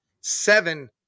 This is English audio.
seven